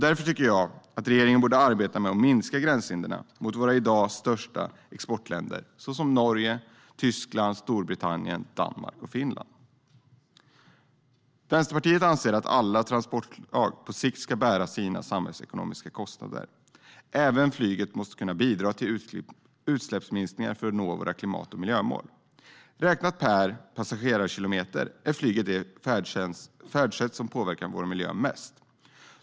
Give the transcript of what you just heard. Därför tycker jag att regeringen borde arbeta med att minska gränshindren mot våra i dag största exportländer såsom Norge, Tyskland, Storbritannien, Danmark och Finland. Vänsterpartiet anser att alla transportslag på sikt ska bära sina samhällsekonomiska kostnader. Även flyget måste bidra till utsläppsminskningar för att nå våra klimat och miljömål. Räknat per passagerarkilometer är flyget det färdsätt som påverkar vår miljö mest.